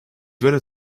werde